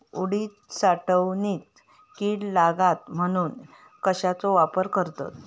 उडीद साठवणीत कीड लागात म्हणून कश्याचो वापर करतत?